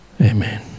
Amen